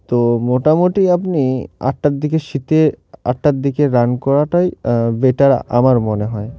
তো মোটামুটি আপনি আটটার দিকে শীতে আটটার দিকে রান করাটাই বেটার মার মনে হয়